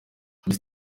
miss